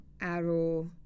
Arrow